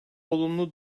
olumlu